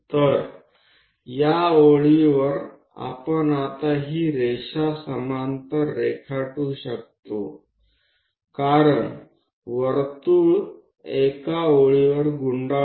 તો આ લીટી પર હવે આપણે આ લીટીને સમાંતર દોરી શકીએ છીએ કારણ કે વર્તુળ એ લીટી પર ફરી રહ્યું છે